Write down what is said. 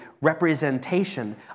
representation